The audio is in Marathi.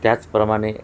त्याचप्रमाणे